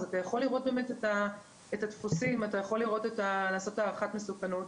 זה מאפשר לראות את הדפוסים לעשות הערכת מסוכנות.